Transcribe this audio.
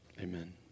Amen